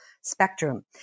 spectrum